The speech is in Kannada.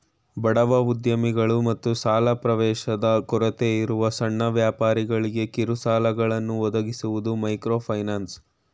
ಬಡವ ಉದ್ಯಮಿಗಳು ಮತ್ತು ಸಾಲ ಪ್ರವೇಶದ ಕೊರತೆಯಿರುವ ಸಣ್ಣ ವ್ಯಾಪಾರಿಗಳ್ಗೆ ಕಿರುಸಾಲಗಳನ್ನ ಒದಗಿಸುವುದು ಮೈಕ್ರೋಫೈನಾನ್ಸ್